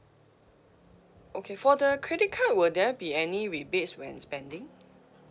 okay for the credit card will there be any rebates when spending